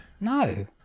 No